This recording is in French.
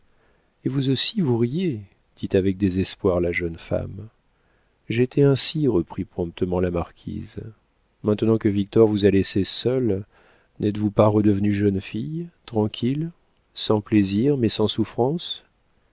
et vous aussi vous riez dit avec désespoir la jeune femme j'ai été ainsi reprit promptement la marquise maintenant que victor vous a laissée seule n'êtes-vous pas redevenue jeune fille tranquille sans plaisirs mais sans souffrances